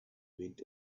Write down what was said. went